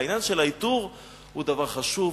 העניין של העיטור הוא דבר חשוב,